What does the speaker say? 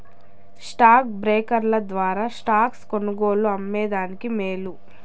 stock బ్రోకర్ల ద్వారా stocks కొనుగోలు, అమ్మే దానికి మేలు